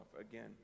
Again